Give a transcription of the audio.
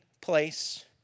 place